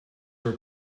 are